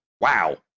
wow